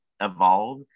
evolve